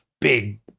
big